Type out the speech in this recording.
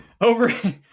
over